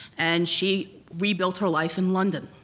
and she rebuilt her life in london.